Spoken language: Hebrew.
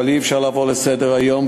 אבל אי-אפשר לעבור לסדר-היום,